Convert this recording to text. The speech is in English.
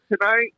tonight